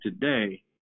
today